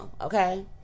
okay